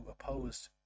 opposed